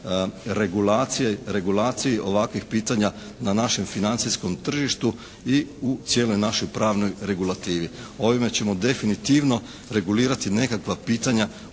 regulaciji ovakvih pitanja na našem financijskom tržištu i u cijeloj našoj pravnoj regulativi. Ovime ćemo definitivno regulirati nekakva pitanja